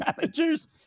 managers